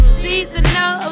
seasonal